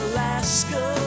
Alaska